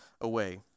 away